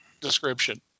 description